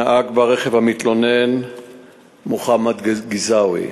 נהג ברכב המתלונן מוחמד גזאווי.